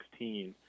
2016